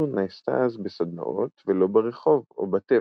נעשתה אז בסדנאות ולא ברחוב או בטבע.